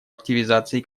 активизации